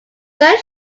third